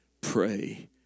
Pray